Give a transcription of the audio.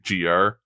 GR